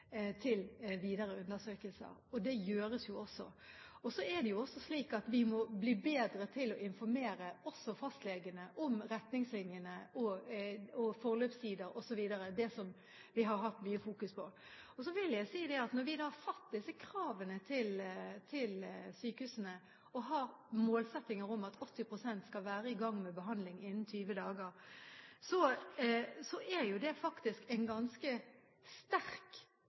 til videre undersøkelser. Det gjøres jo også. Det er også slik at vi må bli bedre til å informere fastlegene om retningslinjer og forløpstider osv. – det som vi har hatt mye fokus på. Så vil jeg si at når vi har satt disse kravene til sykehusene, og har målsettinger om at 80 pst. skal være i gang med behandling innen 20 dager, er det faktisk ganske sterke krav til sykehusene om at de må innrette logistikken sin sånn at det